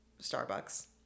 starbucks